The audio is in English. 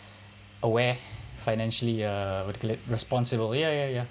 aware financially uh what do you call it responsible ya ya ya